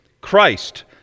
christ